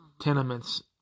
tenements